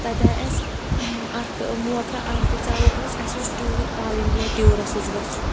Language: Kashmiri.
تَتہِ آے اَسہِ اَکھ موقعہٕ اَکھ دِژیٛاوُکھ اَسہِ اَسہِ اوس ٹیوٗر آل اِنڈیا ٹیوٗرَس اوس گژھُن